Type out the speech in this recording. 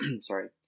sorry